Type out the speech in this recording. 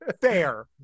Fair